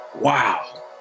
wow